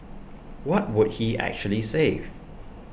what would he actually save